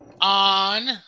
on